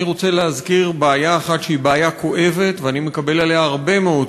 אני רוצה להזכיר בעיה אחת שהיא בעיה כואבת,